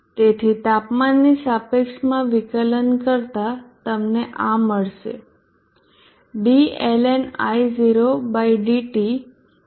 તેથી તાપમાનની સાપેક્ષમાં વિકલન કરતા તમને આ મળશે